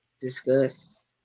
discuss